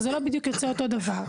זה לא בדיוק יוצא אותו דבר.